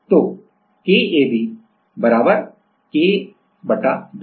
तो KAB K 2